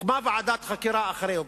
הוקמה ועדת חקירה אחרי יום.